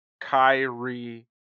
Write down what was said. Kyrie